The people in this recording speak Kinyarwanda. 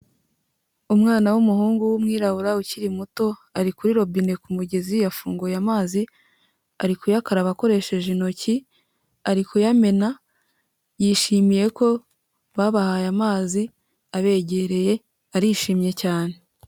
Umwana w'umuhungu w'umwirabura ukiri muto, ari kuri robine ku kumugezi yafunguye amazi, ari kuyakaraba akoresheje intoki, ari kuyamena, yishimiye ko babahaye amazi abegereye, arishimye cyane.